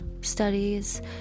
studies